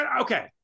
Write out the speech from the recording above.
okay